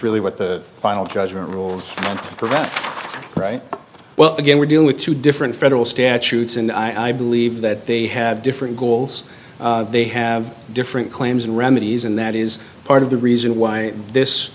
really what the final judgment rules to prevent right well again we're dealing with two different federal statutes and i believe that they have different goals they have different claims and remedies and that is part of the reason why this